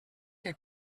que